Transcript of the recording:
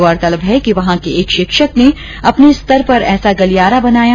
गौरतलब है कि वहां के एक शिक्षक ने अपने स्तर पर ऐसा गलियारा बनाया